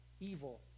evil